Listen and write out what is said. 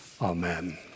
Amen